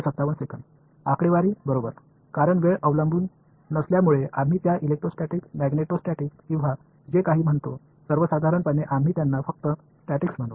आकडेवारी बरोबर कारण वेळ अवलंबून नसल्यामुळे आम्ही त्यांना इलेक्ट्रोस्टॅटिक मॅग्नेटो स्टॅटिक्स किंवा जे काही म्हणतो सर्वसाधारणपणे आम्ही त्यांना फक्त स्टॅटिक्स म्हणू